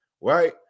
right